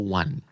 one